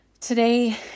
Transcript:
today